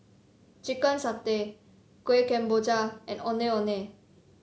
Chicken Satay Kueh Kemboja and Ondeh Ondeh